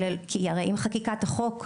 כי הרי עם חקיקת החוק,